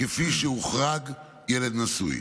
כפי שהוחרג ילד נשוי.